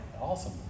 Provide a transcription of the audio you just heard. awesome